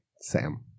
Sam